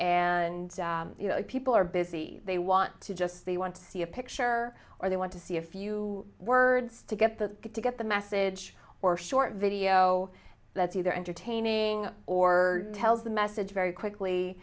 and people are busy they want to just they want to see a picture or they want to see a few words to get the to get the message or short video that's either entertaining or tells the message very quickly